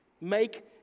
Make